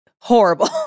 horrible